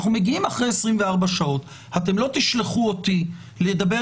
אנחנו מגיעים אחרי 24 שעות, לא תשלחו אותי לדבר.